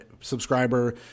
subscriber